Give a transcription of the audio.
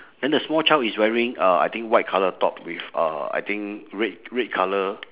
then the small child is wearing uh I think white colour top with uh I think red red colour